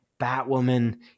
Batwoman